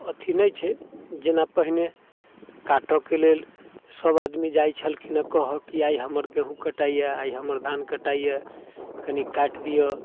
अथी नहि छै जेना पहिने काटऽके लेल सब आदमी जाइ छलखिन हँ कहऽकि आइ हमर गहूम कटाइए आइ हमर धान कटाइए कनि काटि दिअऽ